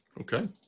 Okay